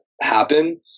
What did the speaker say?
happen